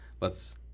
let's-